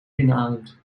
inademt